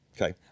Okay